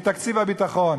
מתקציב הביטחון.